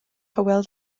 hywel